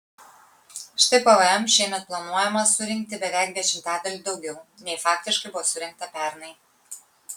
štai pvm šiemet planuojama surinkti beveik dešimtadaliu daugiau nei faktiškai buvo surinkta pernai